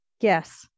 Yes